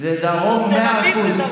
זה דרום מאה אחוז.